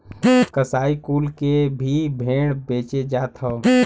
कसाई कुल के भी भेड़ बेचे जात हौ